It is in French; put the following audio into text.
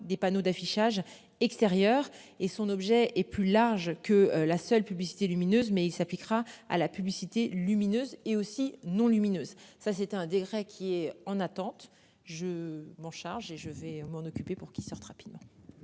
des panneaux d'affichage extérieur et son objet est plus large que la seule publicité lumineuse. Mais il s'appliquera à la publicité lumineuse et aussi non lumineuses. Ça c'était un décret qui est en attente. Je m'en charge. Et je vais m'en occuper pour qu'il sorte rapidement.